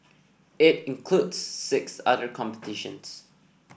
it includes six other competitions